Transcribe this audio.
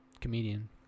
comedian